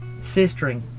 sistering